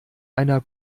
einer